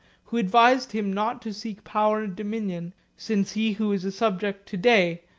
who advised him not to seek power and dominion, since he who is a subject to-day,